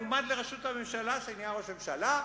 המועמד לראשות הממשלה שנהיה ראש ממשלה: